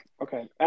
Okay